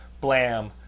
blam